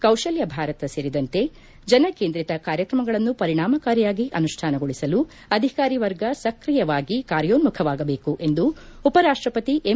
ಕೌಶಲ್ಯ ಭಾರತ ಸೇರಿದಂತೆ ಜನಕೇಂದ್ರೀತ ಕಾರ್ಯಕ್ರಮಗಳನ್ನು ಪರಿಣಾಮಕಾರಿಯಾಗಿ ಅನುಷ್ಠಾನಗೊಳಿಸಲು ಅಧಿಕಾರಿ ವರ್ಗ ಸಕ್ರಿಯವಾಗಿ ಕಾಯೋನ್ಮುಖವಾಗಬೇಕು ಎಂದು ಉಪರಾಷ್ಟಪತಿ ಎಂ